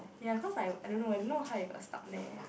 ya cause I I don't know what how it got stuck there